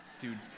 Dude